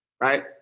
Right